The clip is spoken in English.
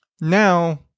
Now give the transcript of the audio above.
Now